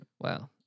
Wow